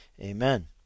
Amen